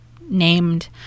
named